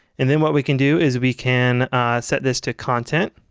and then what we can do is we can set this to content